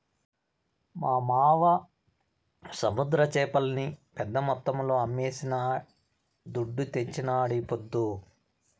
మా మావ సముద్ర చేపల్ని పెద్ద మొత్తంలో అమ్మి శానా దుడ్డు తెచ్చినాడీపొద్దు